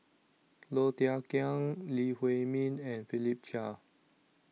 Low Thia Khiang Lee Huei Min and Philip Chia